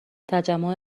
تجمع